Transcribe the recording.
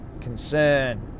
concern